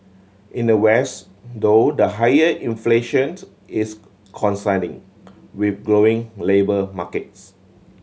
in the West though the higher inflations is coinciding with glowing labour markets